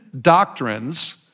doctrines